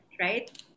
right